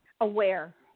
aware